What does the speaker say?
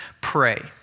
pray